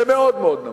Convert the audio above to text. זה מאוד מאוד נמוך.